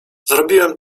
zrobiłem